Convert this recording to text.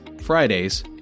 Fridays